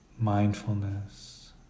mindfulness